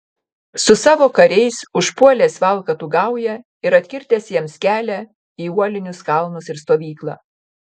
su savo kariais užpuolęs valkatų gaują ir atkirtęs jiems kelią į uolinius kalnus ir stovyklą